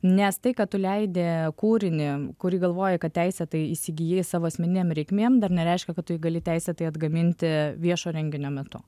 nes tai kad tu leidi kūrinį kurį galvoji kad teisėtai įsigijai savo asmeninėm reikmėm dar nereiškia kad tu jį gali teisėtai atgaminti viešo renginio metu